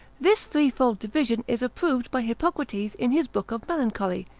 this threefold division is approved by hippocrates in his book of melancholy,